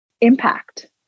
impact